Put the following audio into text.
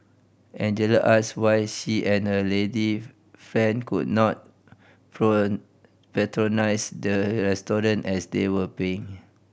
Angelina asked why she and her lady friend could not patronise the restaurant as they were paying